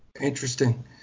Interesting